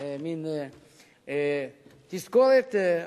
מין תזכורת,